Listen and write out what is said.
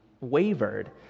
wavered